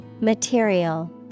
Material